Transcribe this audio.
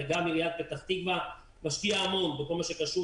וגם עיריית פתח תקווה משקיעה המון בכל מה שקשור